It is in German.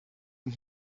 und